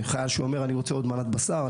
חייל שאומר: אני רוצה עוד מנת בשר,